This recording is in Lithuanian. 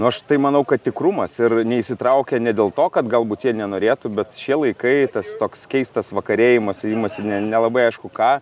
aš manau kad tikrumas ir neišsitraukia ne dėl to kad galbūt jie nenorėtų bet šie laikai tas toks keistas vakarėjimas ėjimas į nelabai aišku ką